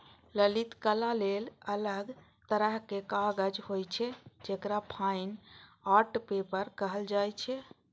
ललित कला लेल अलग तरहक कागज होइ छै, जेकरा फाइन आर्ट पेपर कहल जाइ छै